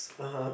(uh huh)